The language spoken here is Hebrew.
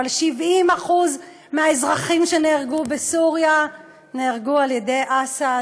אבל 70% מהאזרחים שנהרגו בסוריה נהרגו על-ידי אסד.